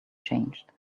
changed